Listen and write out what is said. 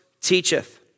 teacheth